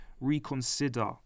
reconsider